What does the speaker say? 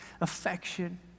affection